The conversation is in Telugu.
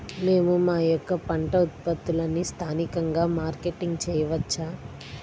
మేము మా యొక్క పంట ఉత్పత్తులని స్థానికంగా మార్కెటింగ్ చేయవచ్చా?